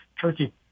turkey